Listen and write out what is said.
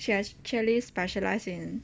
she actually specialise in